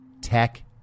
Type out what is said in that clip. tech